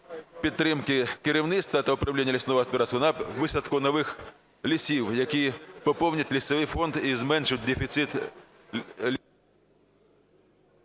підтримки керівництва та управління лісовим господарством на висадку нових лісів, які поповнять лісовий фонд і зменшать дефіцит…